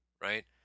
right